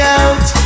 out